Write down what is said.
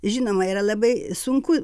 žinoma yra labai sunku